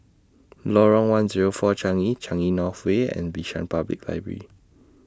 Lorong one Zero four Changi Changi North Way and Bishan Public Library